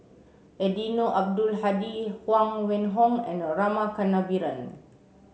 Eddino Abdul Hadi Huang Wenhong and Rama Kannabiran